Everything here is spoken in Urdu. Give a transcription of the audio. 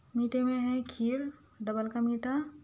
میٹھے میں ہے کھیر ڈبل کا میٹھا